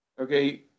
okay